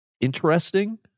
interesting